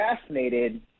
fascinated